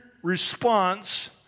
response